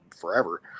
forever